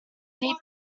deep